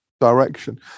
direction